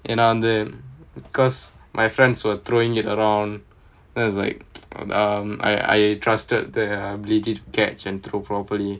என்ன வந்து:enna vanthu because my friends were throwing it around that's like um I I trusted their ability to catch and throw properly